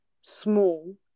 small